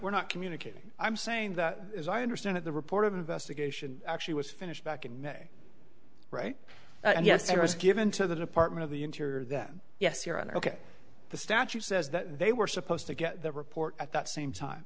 we're not communicating i'm saying that as i understand it the report of investigation actually was finished back in may right and yes it was given to the department of the interior then yes your honor ok the statute says that they were supposed to get the report at that same time